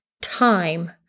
time